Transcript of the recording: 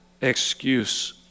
excuse